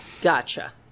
gotcha